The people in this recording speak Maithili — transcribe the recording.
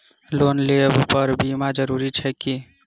लोन लेबऽ पर बीमा जरूरी छैक की?